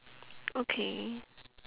okay